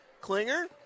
Klinger